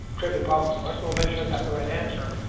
trivial problem, of course, but we'll make sure we got the right answer.